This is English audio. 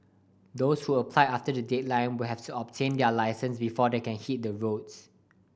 those who apply after the deadline will have to obtain their licence before they can hit the roads